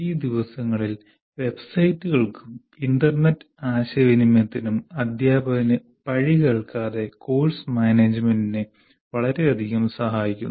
ഈ ദിവസങ്ങളിൽ വെബ്സൈറ്റുകൾക്കും ഇന്റർനെറ്റ് ആശയവിനിമയത്തിനും അധ്യാപകന് പഴി കേൾക്കാതെ കോഴ്സ് മാനേജുമെന്റിനെ വളരെയധികം സഹായിക്കുന്നു